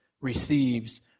receives